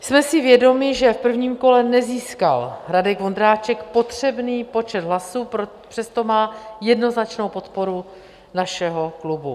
Jsme si vědomi, že v prvním kole nezískal Radek Vondráček potřebný počet hlasů, přesto má jednoznačnou podporu našeho klubu.